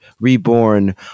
reborn